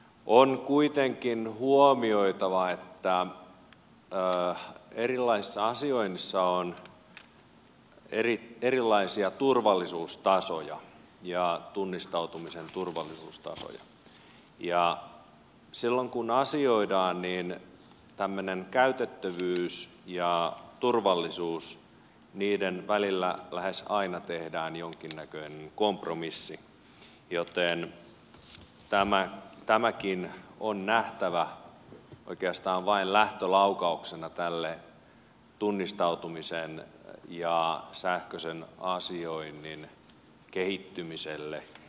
on kuitenkin huomioitava että erilaisissa asioinneissa on erilaisia turvallisuustasoja ja tunnistautumisen turvallisuustasoja ja silloin kun asioidaan tämmöisen käytettävyyden ja turvallisuuden välillä lähes aina tehdään jonkinnäköinen kompromissi joten tämäkin on nähtävä oikeastaan vain lähtölaukauksena tälle tunnistautumisen ja sähköisen asioinnin kehittymiselle